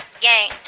gang